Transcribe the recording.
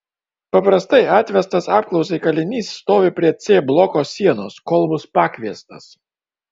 paprastai atvestas apklausai kalinys stovi prie c bloko sienos kol bus pakviestas